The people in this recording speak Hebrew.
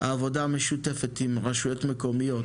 עבודה משותפת עם רשויות מקומיות